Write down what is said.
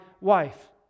wife